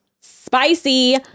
spicy